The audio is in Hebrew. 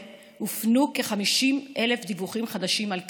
הופנו כ-50,000 דיווחים חדשים על קטינים.